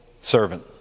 servant